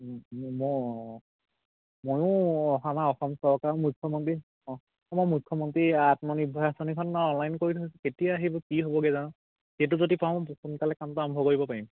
ময়ো অঁ অঁ ময়ো অহা আমা অসম চৰকাৰৰ মুখ্যমন্ত্ৰী অঁ অসমৰ মুখ্যমন্ত্ৰী আত্মনিৰ্ভৰ আঁচনিখন অনলাইন কৰি থৈছোঁ কেতিয়া আহিব কি হ'বগৈ জানো সেইটো যদি পাওঁ সোনকালে কামটো আৰম্ভ কৰিব পাৰিম